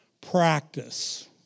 practice